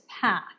path